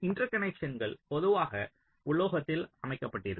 இன்டர்கனக்க்ஷன்கள் பொதுவாக உலோகத்தில் அமைக்கப்பட்டிருக்கும்